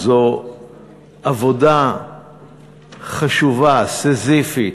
זו עבודה חשובה, סיזיפית,